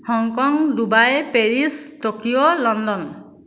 Hong Kong Dubai Paris Tokyo London